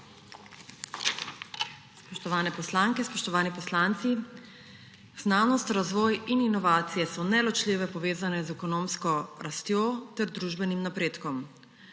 Spoštovane poslanke, spoštovani poslanci! Znanost, razvoj in inovacije so neločljivo povezane z ekonomsko rastjo ter družbenim napredkom.